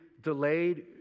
delayed